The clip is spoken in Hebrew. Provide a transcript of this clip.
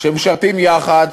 שמשרתים יחד,